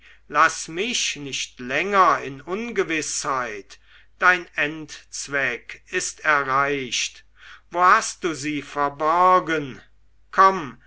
laß mich nicht länger in ungewißheit dein endzweck ist erreicht wo hast du sie verborgen komm